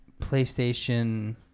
PlayStation